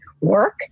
work